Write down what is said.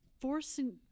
forcing